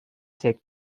take